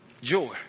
Joy